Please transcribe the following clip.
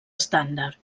estàndard